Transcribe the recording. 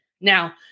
Now